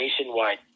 nationwide